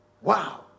Wow